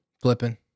Flipping